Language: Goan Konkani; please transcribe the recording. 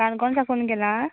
काणकोण साकून केला